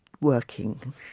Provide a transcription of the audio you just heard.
working